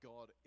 God